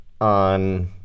on